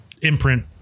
imprint